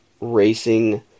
racing